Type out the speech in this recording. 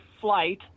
flight